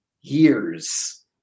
years